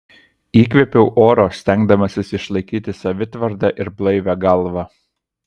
įkvėpiau oro stengdamasis išlaikyti savitvardą ir blaivią galvą